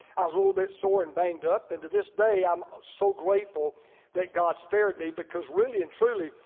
i was a little bit sore and banged up. and to this day, i'm so grateful that god spared me because really and truly,